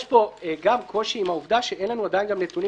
יש פה גם קושי עם העובדה שאין לנו עדיין גם נתונים